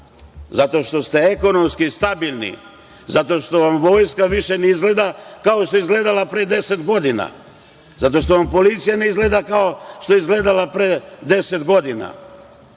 Zato što ste ekonomski stabilni, zato što vam vojska više ne izgleda kao što je izgledala pre deset godina, zato što vam policija ne izgleda kao što je izgledala pre deset godina.